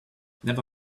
never